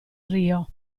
rio